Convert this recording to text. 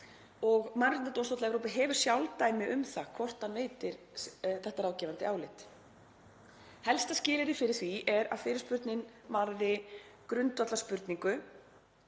og Mannréttindadómstóll Evrópu hefur sjálfdæmi um það hvort hann veitir þetta ráðgefandi álit. Helsta skilyrði fyrir því er að fyrirspurnin varði grundvallarspurningu